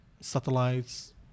satellites